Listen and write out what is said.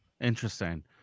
Interesting